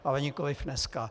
Ale nikoliv dneska.